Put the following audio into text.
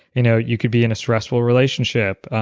you know you could be in a stressful relationship,